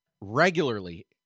regularly